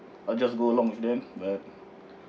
or just go along with them but